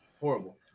Horrible